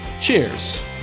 Cheers